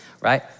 right